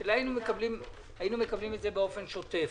אלא היינו מקבלים את זה באופן שוטף.